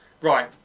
Right